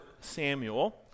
Samuel